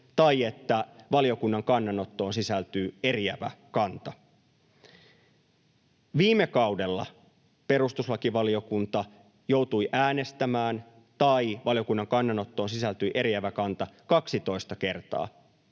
tai että valiokunnan kannanottoon sisältyy eriävä kanta? Viime kaudella perustuslakivaliokunta joutui äänestämään tai valiokunnan kannanottoon sisältyi eriävä kanta 12 kertaa.